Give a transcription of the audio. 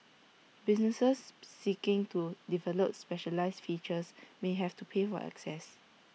businesses seeking to develop specialised features may have to pay for access